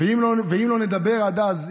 ואם לא נדבר עד אז,